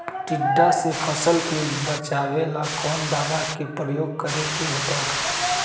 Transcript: टिड्डा से फसल के बचावेला कौन दावा के प्रयोग करके होतै?